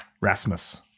Rasmus